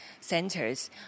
centers